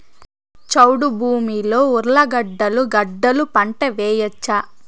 చౌడు భూమిలో ఉర్లగడ్డలు గడ్డలు పంట వేయచ్చా?